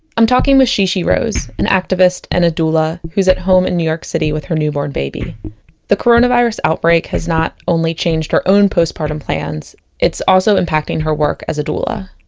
i'm talking with shishi rose, an activist and a doula, who is at home in new york city with her newborn baby the coronavirus outbreak has not only changed her own postpartum plans it's also impacting her work as a doula